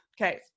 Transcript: okay